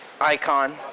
Icon